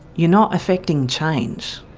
you're not effecting change.